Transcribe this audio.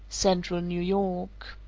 central new york.